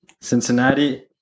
Cincinnati